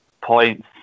points